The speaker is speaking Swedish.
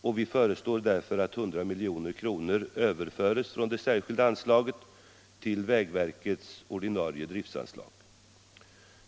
och föreslår därför att 100 milj.kr. överförs från det särskilda anslaget till vägverkets ordinarie driftanslag.